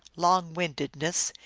long-windedness,